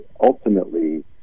ultimately